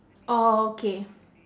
orh okay